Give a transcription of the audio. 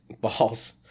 balls